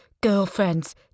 girlfriends